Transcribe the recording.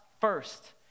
first